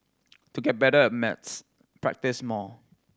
to get better at maths practise more